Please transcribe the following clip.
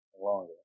Longer